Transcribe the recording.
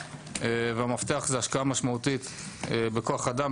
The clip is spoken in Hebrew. והמפתח זו השקעה משמעותית בכוח אדם,